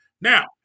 Now